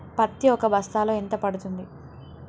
పత్తి ఒక బస్తాలో ఎంత పడ్తుంది?